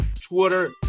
Twitter